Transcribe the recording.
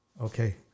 Okay